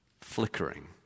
flickering